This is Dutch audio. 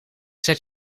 zet